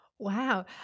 Wow